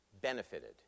benefited